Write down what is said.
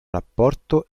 rapporto